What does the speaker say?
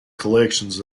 collections